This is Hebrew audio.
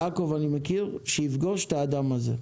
אני מכיר את יעקב שיפגוש את האדם הזה.